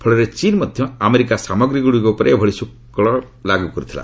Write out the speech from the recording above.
ଫଳରେ ଚୀନ୍ ମଧ୍ୟ ଆମେରିକା ସାମଗ୍ରୀଗୁଡ଼ିକ ଉପରେ ଏଭଳି ଶୁଳ୍କ ଲାଗୁ କରିଥିଲା